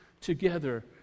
together